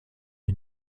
wir